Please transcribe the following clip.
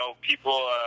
people